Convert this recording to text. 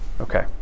Okay